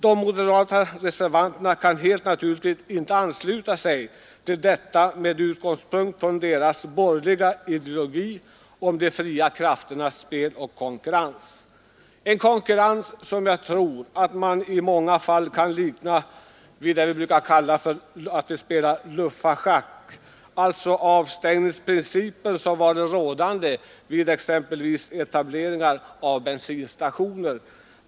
De moderata reservanterna kan helt naturligt inte ansluta sig till detta med utgångspunkt i sin borgerliga ideologi om de fria krafternas spel och konkurrens. Det är en konkurrens som jag tror att man i många fall kan likna vid luffarschack — alltså med avstängningsprincipen, som varit rådande vid exempelvis etableringar av bensinstationer.